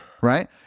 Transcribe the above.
Right